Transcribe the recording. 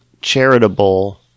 charitable